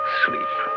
sleep